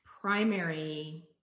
primary